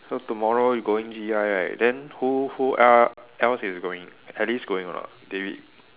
so tomorrow you going G_I right then who who uh else is going Alice going or not David